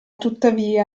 tuttavia